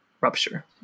rupture